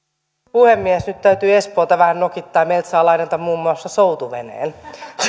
puhemies nyt täytyy espoota vähän nokittaa meiltä saa lainata muun muassa soutuveneen